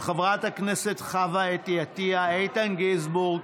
של חברי הכנסת חוה אתי עטייה, איתן גינזבורג,